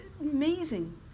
Amazing